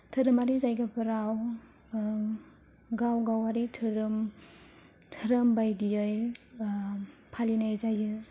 धोरोमारि जायगाफोराव गाव गावारि धोरोम धोरोम बायदियै फालिनाय जायो